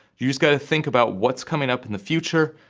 you just gotta think about what's coming up in the future,